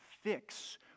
fix